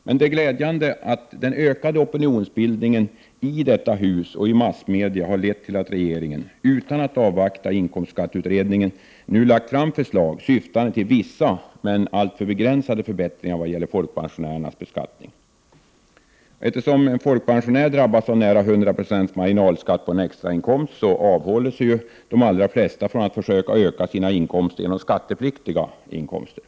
Det är dock glädjande att den ökande opinionsbildningen i detta hus och i massmedier har lett till att regeringen utan att avvakta inkomstskatteutredningen nu lagt fram förslag syftande till vissa men alltför begränsade förbättringar i vad gäller folkpensionärernas beskattning. Eftersom en folkpensionär drabbas av nära 100 96 marginalskatt på en extrainkomst avhåller sig de allra flesta från att försöka öka sina inkomster genom skattepliktiga inkomster.